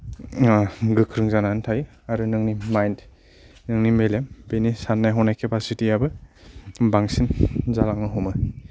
गोख्रों जानानै थायो आरो नोंनि माइन्द नोंनि मेलेम बेनि सान्नाय हनाय केपासितियाबो बांसिन जालांनो हमो